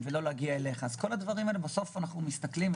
אלה דברים שאני לא מזלזל בהם,